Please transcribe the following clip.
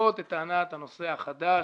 לדחות את טענת הנושא החדש.